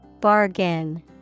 Bargain